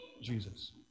jesus